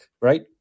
right